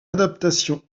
adaptation